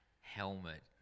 helmet